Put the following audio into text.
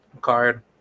card